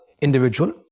individual